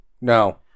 no